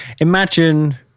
Imagine